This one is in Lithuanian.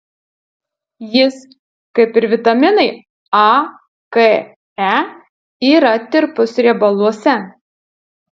jis kaip ir vitaminai a k e yra tirpus riebaluose